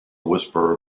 whisperer